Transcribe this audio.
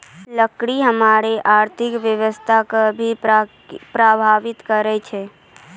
लकड़ी हमरो अर्थव्यवस्था कें भी प्रभावित करै छै